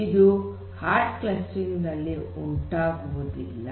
ಇದು hard clustering ನಲ್ಲಿ ಉಂಟಾಗುವುದಿಲ್ಲ